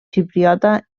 xipriota